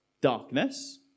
darkness